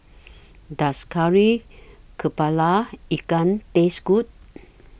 Does Kari Kepala Ikan Taste Good